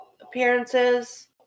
appearances